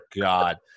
God